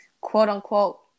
quote-unquote